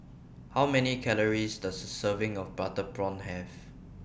How Many Calories Does A Serving of Butter Prawn Have